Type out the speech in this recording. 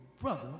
brother